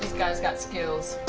guys got skills.